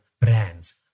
brands